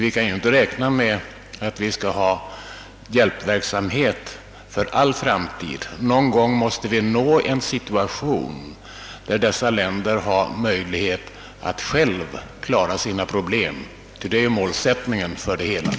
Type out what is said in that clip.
Vi kan ju inte räkna med att bedriva hjälpverksamhet för all framtid. Någon gång måste vi nå den situationen att dessa länder har möjligheter att själva klara av sina problem; det är ju målsättningen för verksamheten.